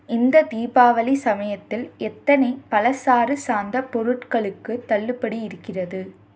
இந்த தீபாவளி சமயத்தில் எத்தனை பழச்சாறு சார்ந்த பொருட்களுக்கு தள்ளுபடி இருக்கிறது